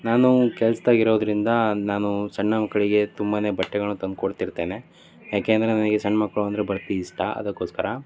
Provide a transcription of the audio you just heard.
ನಾನು ಕೆಲ್ಸ್ದಾಗೆ ಇರೋದರಿಂದ ನಾನು ಸಣ್ಣ ಮಕ್ಕಳಿಗೆ ತುಂಬ ಬಟ್ಟೆಗಳನ್ನ ತಂದು ಕೊಡ್ತಿರ್ತೇನೆ ಯಾಕೆಂದರೆ ನನಗೆ ಸಣ್ಣ ಮಕ್ಕಳು ಅಂದರೆ ಭರ್ತಿ ಇಷ್ಟ ಅದಕ್ಕೋಸ್ಕರ